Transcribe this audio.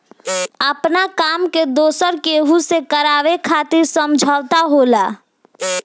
आपना काम के दोसरा केहू से करावे खातिर समझौता होला